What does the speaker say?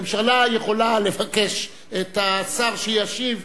הממשלה יכולה לבקש מהשר שישיב,